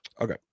Okay